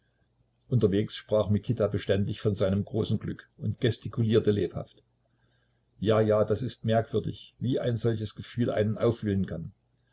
unterwegs sprach mikita beständig von seinem großen glück und gestikulierte lebhaft ja ja das ist merkwürdig wie ein solches gefühl einen aufwühlen kann